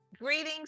Greetings